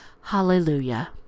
Hallelujah